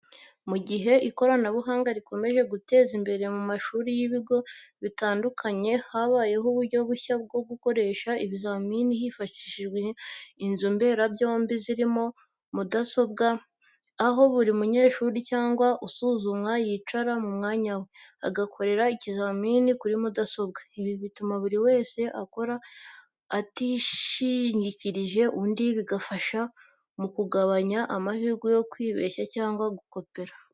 Mu gihe ikoranabuhanga rikomeje gutezwa imbere mu mashuri n’ibigo bitandukanye, habayeho uburyo bushya bwo gukoresha ibizamini hifashishijwe inzu mberabyombi zirimo mudasobwa, aho buri munyeshuri cyangwa usuzumwa yicara mu mwanya we, agakorera ikizamini kuri mudasobwa. Ibi bituma buri wese akora atishingikirije undi, bigafasha mu kugabanya amahirwe yo kwibeshya cyangwa gukopera.